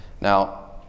Now